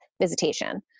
visitation